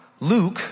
Luke